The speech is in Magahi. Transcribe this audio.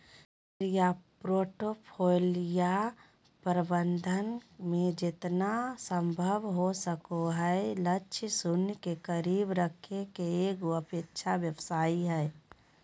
निष्क्रिय पोर्टफोलियो प्रबंधन मे जेतना संभव हो सको हय लक्ष्य शून्य के करीब रखे के एगो सापेक्ष वापसी हय